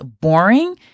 boring